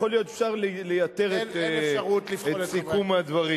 יכול להיות שאפשר לייתר את סיכום הדברים.